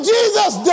Jesus